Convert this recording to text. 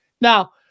now